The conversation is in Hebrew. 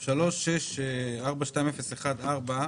3642014,